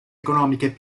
economiche